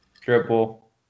Triple